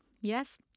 Yes